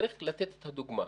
צריך לתת דוגמה.